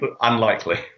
unlikely